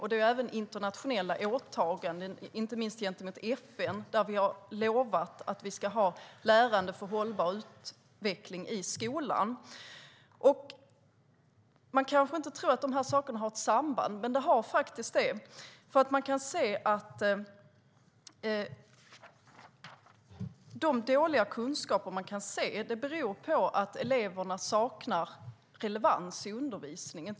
Det gäller även internationella åtaganden, inte minst gentemot FN, där vi har lovat att vi ska ha lärande för hållbar utveckling i skolan. Man kanske inte tror att de här sakerna har ett samband, men det har de faktiskt. De dåliga kunskaper man kan se beror på att eleverna saknar relevans i undervisningen.